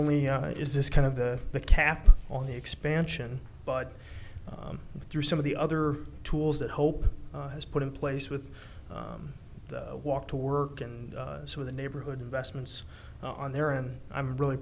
only is this kind of the the cap on the expansion but through some of the other tools that hope has put in place with the walk to work and so the neighborhood investments on there and i'm really